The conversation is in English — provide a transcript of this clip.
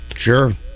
Sure